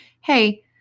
hey